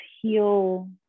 heal